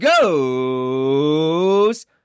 goes